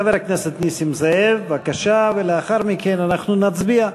חבר הכנסת נסים זאב, בבקשה, ולאחר מכן נצביע.